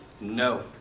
No